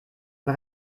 man